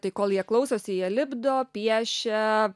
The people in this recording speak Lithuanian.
tai kol jie klausosi jie lipdo piešia